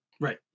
Right